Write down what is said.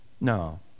No